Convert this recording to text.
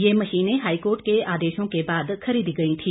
यह मशीनें हाईकोर्ट के आदेशों के बाद खरीदी गई थी